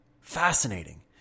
Fascinating